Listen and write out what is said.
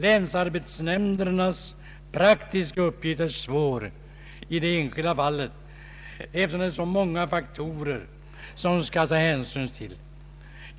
Länsarbetsnämndernas praktiska uppgift är svår i det enskilda fallet eftersom det är så många faktorer som man skall taga hänsyn till.